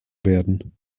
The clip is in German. werden